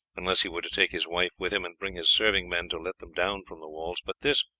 unless he were to take his wife with him, and bring his serving-men to let them down from the walls but this,